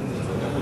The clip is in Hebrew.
נתקבלה.